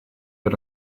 per